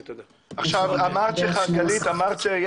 אני אתן את רשות הדיבור לשלמה אברמזון מהמחלקה לתפקידים